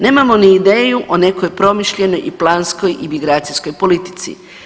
Nemamo ni ideju o nekoj promišljenoj i planskoj imigracijskoj politici.